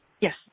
Yes